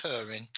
occurring